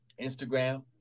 Instagram